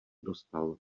dostal